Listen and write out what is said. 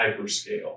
hyperscale